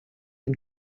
him